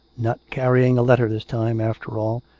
not carry ing a letter this time, after all,